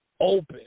open